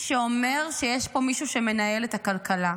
שאומר שיש פה מישהו שמנהל את הכלכלה.